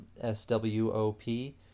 S-W-O-P